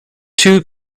two